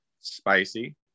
spicy